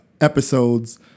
episodes